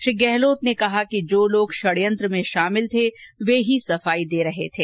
श्री गहलोत ने कहा जो लोग षडयंत्र में शामिल थे वे ही सफाई दे रहे थे